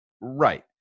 right